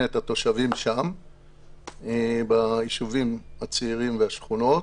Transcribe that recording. את התושבים בישובים הצעירים ובשכונות.